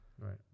Right